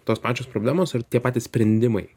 tos pačios problemos ir tie patys sprendimai